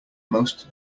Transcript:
most